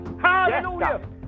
Hallelujah